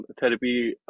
therapy